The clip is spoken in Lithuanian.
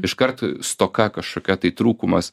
iškart stoka kažkokia tai trūkumas